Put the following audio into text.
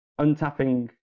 untapping